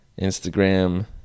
Instagram